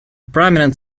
prominent